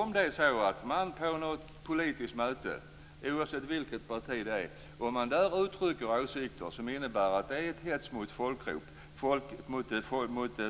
Om det är så att man på något politiskt möte, oavsett vilket parti det handlar om, uttrycker åsikter som innebär hets mot